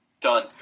Done